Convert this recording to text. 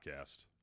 podcast